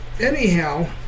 anyhow